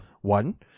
one